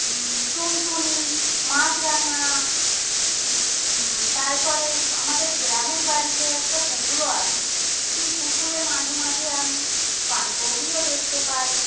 টুনটুনি মাছরাঙা তারপরে আমাদের গ্রামের বাড়িতে একটা পুকুরও আছে সেই পুকুরে মাঝে মাঝে আমি পানকৌড়িও দেখতে পাই